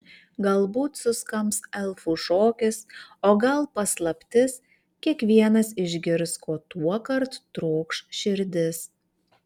galbūt suskambs elfų šokis o gal paslaptis kiekvienas išgirs ko tuokart trokš širdis